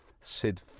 Sid